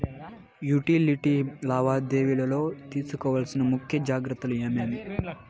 Utility లావాదేవీల లో తీసుకోవాల్సిన ముఖ్య జాగ్రత్తలు ఏమేమి?